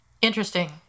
Interesting